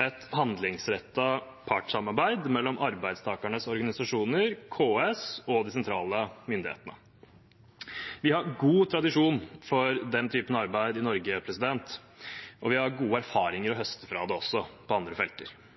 et handlingsrettet partssamarbeid mellom arbeidstakernes organisasjoner, KS og de sentrale myndighetene. Vi har god tradisjon for den typen arbeid i Norge, og vi har gode erfaringer å